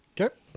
Okay